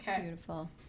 Beautiful